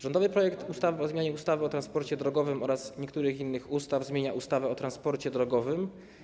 Rządowy projekt ustawy o zmianie ustawy o transporcie drogowym oraz niektórych innych ustaw zmienia ustawę o transporcie drogowym.